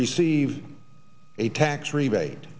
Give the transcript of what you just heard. receive a tax rebate